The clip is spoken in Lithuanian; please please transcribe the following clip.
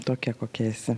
tokia kokia esi